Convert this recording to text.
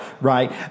Right